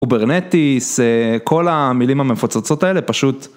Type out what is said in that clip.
קוברנטיס, כל המילים המפוצצות האלה, פשוט.